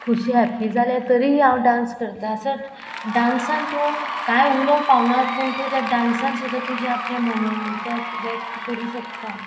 खुशी हॅप्पी जाल्यार तरी हांव डांस करता सट डांसान तूं कांय उलोवंक पावना पूण तूं त्या डांसान सुद्दां तुजी आपले मनोंगत व्यक्त करूं शकता